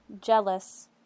jealous